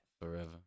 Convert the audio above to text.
Forever